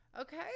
Okay